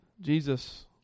Jesus